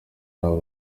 nabo